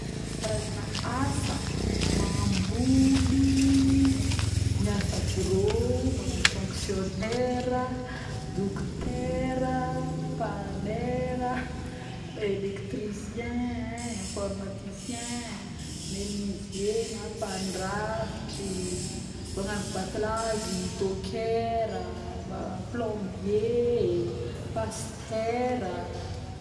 Karazagny asa, mamboly, miasa brô magnano fonctionnaire, dokotera, mpanera, électricien unn, informaticien, menuisier na mpandrafitry magnano batlazy, dokera plombier ee, pastera